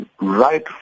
right